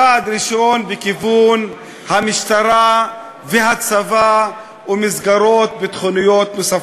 צעד ראשון בכיוון המשטרה והצבא ומסגרות ביטחוניות נוספות.